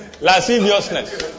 Lasciviousness